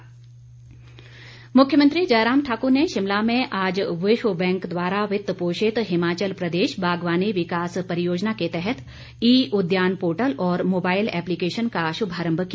शुभारम्भ मुख्यमंत्री जयराम ठाकुर ने शिमला में आज विश्व बैंक द्वारा वित्त पोषित हिमाचल प्रदेश बागवानी विकास परियोजना के तहत ई उद्यान पोर्टल और मोबाइल एप्लीकेशन का शुभारम्भ किया